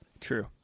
True